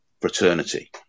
fraternity